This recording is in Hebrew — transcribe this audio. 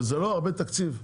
וזה לא הרבה תקציב,